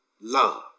love